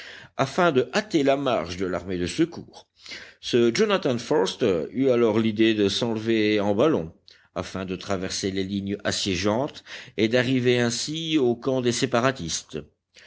afin de hâter la marche de l'armée de secours ce jonathan forster eut alors l'idée de s'enlever en ballon afin de traverser les lignes assiégeantes et d'arriver ainsi au camp des séparatistes